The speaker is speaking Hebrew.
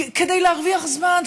כדי להרוויח זמן,